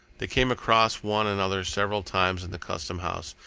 they came across one another several times in the custom house,